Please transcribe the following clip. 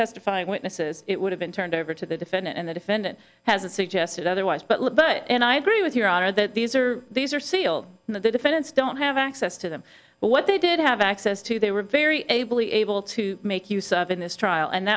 testifying witnesses it would have been turned over to the defendant and the defendant has it suggested otherwise but but and i agree with your honor that these are these are sealed and that the defendants don't have access to them but what they did have access to they were very ably able to make use of in this trial and